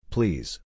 Please